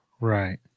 Right